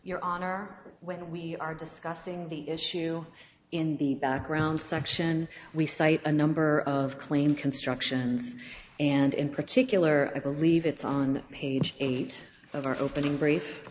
your honor or when we are discussing the issue in the background section we cite a number of clean constructions and in particular i believe it's on page eight of our opening br